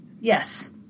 Yes